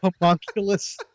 Homunculus